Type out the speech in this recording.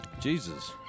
Jesus